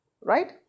right